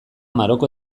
maroko